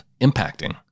impacting